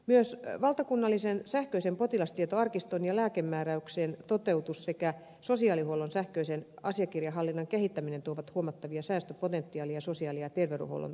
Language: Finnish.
myös valtakunnallisen sähköisen potilastietoarkiston ja lääkemääräyksien toteutus sekä sosiaalihuollon sähköisen asiakirjahallinnan kehittäminen tuovat huomattavia säästöpotentiaaleja sosiaali ja terveydenhuollon tulevaisuuteen